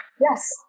Yes